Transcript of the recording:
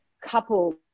couple